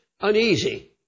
uneasy